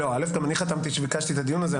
קודם כל גם אני חתמתי שביקשתי את הדיון הזה,